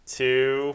two